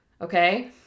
Okay